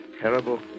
terrible